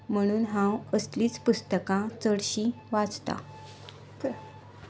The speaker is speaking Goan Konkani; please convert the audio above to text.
म्हणून हांव असलींच पुस्तकां चडशीं वाचतां